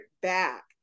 back